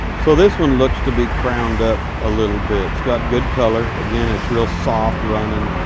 so this one looks to be crowned up a little bit. it's got good color. again it's real soft running.